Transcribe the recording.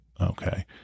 Okay